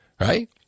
Right